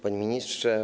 Panie Ministrze!